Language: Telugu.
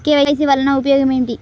కే.వై.సి వలన ఉపయోగం ఏమిటీ?